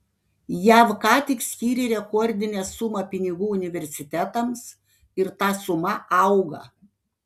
jav ką tik skyrė rekordinę sumą pinigų universitetams ir ta suma auga